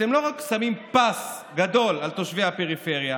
אתם לא רק שמים פס גדול על תושבי הפריפריה,